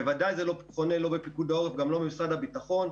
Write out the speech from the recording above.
זה בוודאי לא חונה בפיקוד העורף וגם לא במשרד הביטחון.